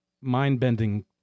mind-bending